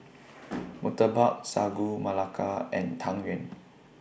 Murtabak Sagu Melaka and Tang Yuen